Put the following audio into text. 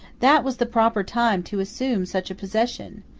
that was the proper time to assume such a possession.